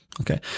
Okay